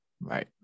Right